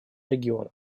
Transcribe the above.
региона